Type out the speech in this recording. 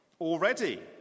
already